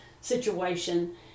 situation